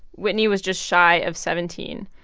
whitney was just shy of seventeen.